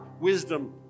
wisdom